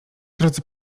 drodzy